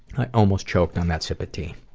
i almost choked on that sip of tea.